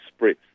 Spritz